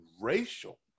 racial